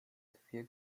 dwie